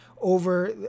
over